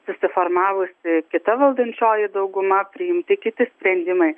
susiformavusi kita valdančioji dauguma priimti kiti sprendimai